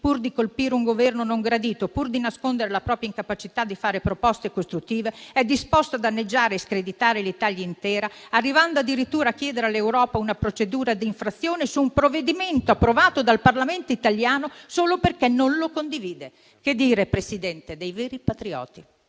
pur di colpire un Governo non gradito, pur di nascondere la propria incapacità di fare proposte costruttive, è disposto a danneggiare e screditare l'Italia intera, arrivando addirittura a chiedere all'Europa una procedura di infrazione su un provvedimento approvato dal Parlamento italiano solo perché non lo condivide. Che dire Presidente? Dei veri patrioti.